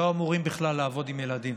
שלא אמורים בכלל לעבוד עם ילדים,